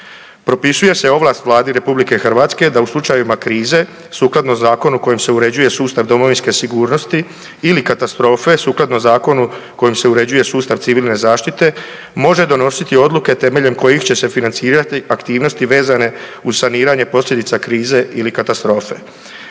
Propisuje se ovlast Vladi RH da u slučajevima krize, sukladno zakonu kojim se uređuje sustav domovinske sigurnosti ili katastrofe, sukladno zakonu kojim se uređuje sustav civilne zaštite, može donositi odluke temeljem kojih će se financirati aktivnosti vezane uz saniranje posljedica krize ili katastrofe.